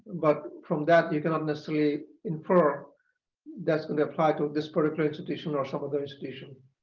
but from that you cannot necessarily infer that's going to apply to this particular institution or some other institution.